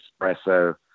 espresso